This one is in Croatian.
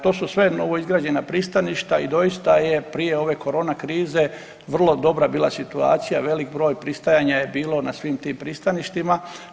To su sve novoizgrađena pristaništa i doista je prije ove korona krize vrlo dobra bila situacija, velik broj pristajanja je bio na svim tim pristaništima.